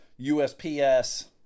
USPS